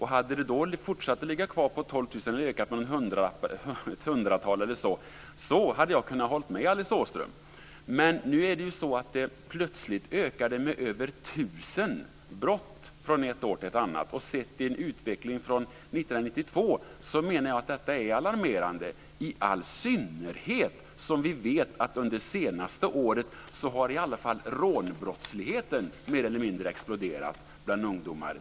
Hade det då fortsatt att ligga kvar på 12 000 eller bara ökat med något hundratal eller så, hade jag kunnat hålla med Alice Åström. Men det ökar plötsligt med över 1 000 brott från ett år till ett annat. Jag menar att detta sett mot utvecklingen sedan 1992 är alarmerande, i all synnerhet som vi vet att under det senaste året har i alla fall rånbrottsligheten mer eller mindre exploderat bland ungdomar.